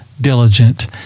diligent